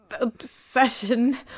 obsession